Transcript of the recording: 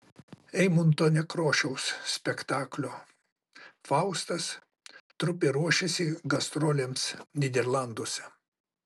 eimunto nekrošiaus spektaklio faustas trupė ruošiasi gastrolėms nyderlanduose